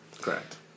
Correct